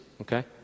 okay